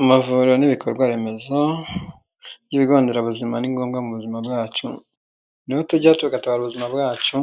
Amavuriro n'ibikorwa remezo by'ibigo nderabuzima ni ngombwa mu buzima bwacu, niho tujya tugatabara ubuzima bwacu